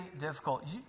difficult